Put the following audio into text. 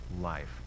life